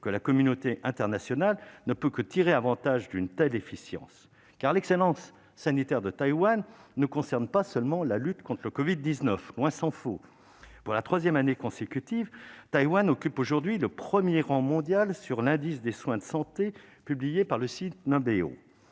que la communauté internationale ne peut que tirer avantage d'une telle efficience, car l'excellence sanitaire de Taïwan ne concerne pas seulement la lutte contre le covid-19, tant s'en faut. Pour la troisième année consécutive, Taïwan occupe le premier rang mondial selon l'indice des soins de santé publié par le site numbeo.com.